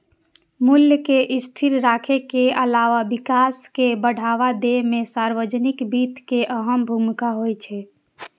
मूल्य कें स्थिर राखै के अलावा विकास कें बढ़ावा दै मे सार्वजनिक वित्त के अहम भूमिका होइ छै